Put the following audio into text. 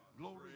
Glory